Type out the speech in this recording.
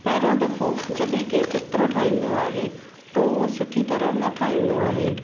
पहिरियों दफ़ो जॾहिं केरु चित्र ठाहींदो आहे त उहा सुठी तरह न ठाहींदो आहे